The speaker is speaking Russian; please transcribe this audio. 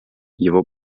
его